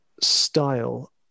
style